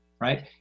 Right